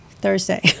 thursday